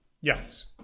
Yes